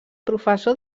professor